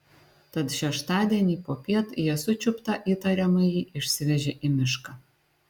tad šeštadienį popiet jie sučiuptą įtariamąjį išsivežė į mišką